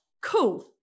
Cool